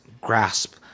grasp